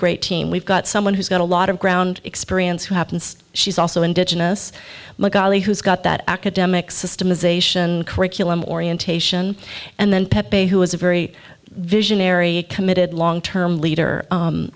great team we've got someone who's got a lot of ground experience who happens she's also indigenous magali who's got that academic systemization curriculum orientation and then pepe who is a very visionary a committed long term leader